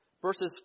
Verses